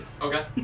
Okay